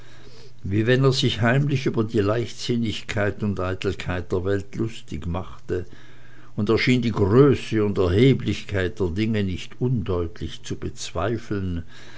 wie wenn er sich heimlich über die leichtsinnigkeit und eitelkeit der welt lustig machte und er schien die größe und erheblichkeit der dinge nicht undeutlich zu bezweifeln